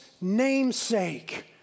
namesake